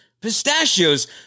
Pistachios